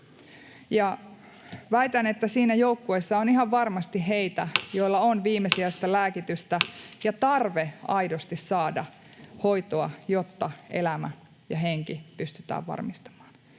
Väitän, että siinä joukkueessa on ihan varmasti heitä, joilla on viimesijaista lääkitystä ja tarve aidosti saada hoitoa, jotta elämä ja henki pystytään varmistamaan.